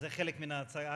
זה חלק מההצגה.